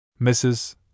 Mrs